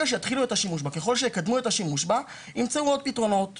שיקדמו את השימוש בה ימצאו פתרונות נוספים,